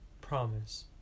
Promise